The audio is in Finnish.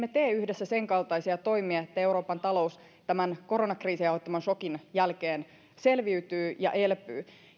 tee yhdessä senkaltaisia toimia että euroopan talous tämän koronakriisin aiheuttaman sokin jälkeen selviytyy ja elpyy